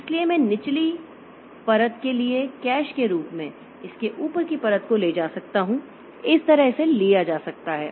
इसलिए मैं निचली परत के लिए कैश के रूप में इसके ऊपर की परत को ले जा सकता हूं इस तरह इसे लिया जा सकता है